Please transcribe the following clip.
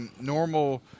normal